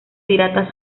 piratas